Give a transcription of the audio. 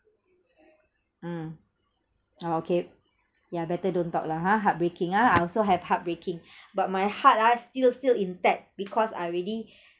mm oh okay yeah better don't talk lah ha heartbreaking ah I also have heartbreaking but my heart ah still still intact because I already